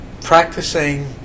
Practicing